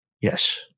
Yes